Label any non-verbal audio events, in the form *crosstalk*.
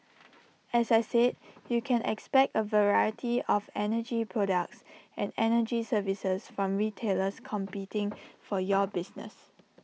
*noise* as I said you can expect A variety of energy products and energy services from retailers competing for your business